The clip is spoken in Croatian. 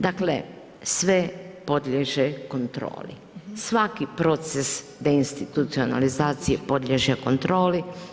Dakle sve podliježe kontroli, svaki proces deinstitucionalizacije podliježe kontroli.